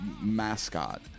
Mascot